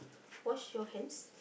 wash your hands